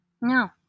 No